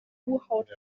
kuhhaut